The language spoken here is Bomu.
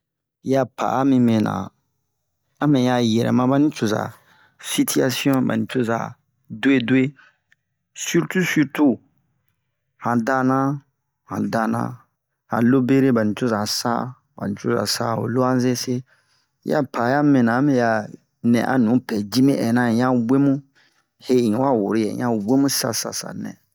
Yi a pa'a mi mɛna a mɛ ya yɛrɛma ba nicoza sitiyasiyon ba nicoza duwe-duwe sirtu sirtu han dana han dana han lobere ba nicoza sa ba nicoza sa ho luwanze se yi a pa'a ya mi mɛna a mɛ ya nɛ a nupɛ ji mi ɛnɛ un ya bewu he in wa woro yɛ un ya webun sisa-sisanɛ